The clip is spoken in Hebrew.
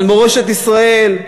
על מורשת ישראל,